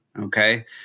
Okay